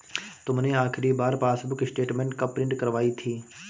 तुमने आखिरी बार पासबुक स्टेटमेंट कब प्रिन्ट करवाई थी?